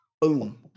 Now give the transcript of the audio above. Boom